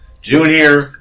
Junior